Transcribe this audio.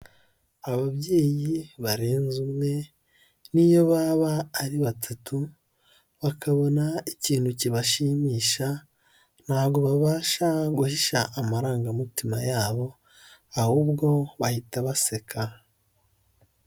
Ababyeyi barenze umwe niyo baba ari batatu bakabona ikintu kibashimisha ntago babasha guhisha amarangamutima yabo ahubwo bahita baseka.